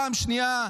פעם שנייה,